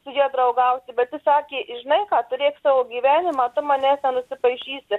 su ja draugauti bet ji sakė žinai ką turėk savo gyvenimą tu mane nenusipašysi